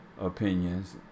opinions